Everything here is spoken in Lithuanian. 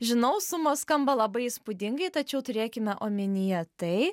žinau sumos skamba labai įspūdingai tačiau turėkime omenyje tai